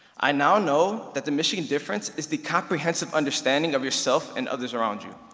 i now know that the michigan difference is the comprehensive understanding of yourself and others around you.